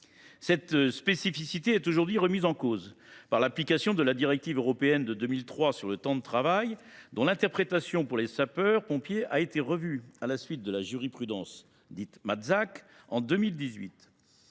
Cette spécificité est aujourd’hui remise en cause par l’application de la directive européenne de 2003 sur le temps de travail, dont l’interprétation pour les sapeurs pompiers a été revue à la suite de la jurisprudence en 2018.